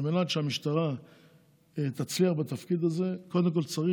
על מנת שהמשטרה תצליח בתפקיד הזה קודם כול צריך